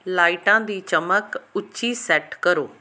ਲਾਈਟਾਂ ਦੀ ਚਮਕ ਉੱਚੀ ਸੈੱਟ ਕਰੋ